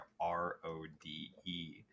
r-o-d-e